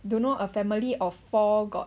don't know a family of four got